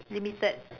limited